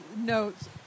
notes